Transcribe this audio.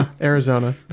arizona